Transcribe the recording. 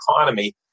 economy